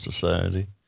society